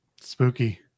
spooky